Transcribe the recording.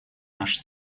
наши